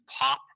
pop